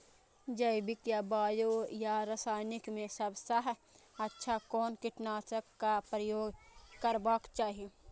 जैविक या बायो या रासायनिक में सबसँ अच्छा कोन कीटनाशक क प्रयोग करबाक चाही?